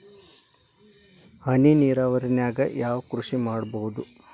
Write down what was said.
ಹನಿ ನೇರಾವರಿ ನಾಗ್ ಯಾವ್ ಕೃಷಿ ಮಾಡ್ಬೋದು?